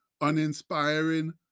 uninspiring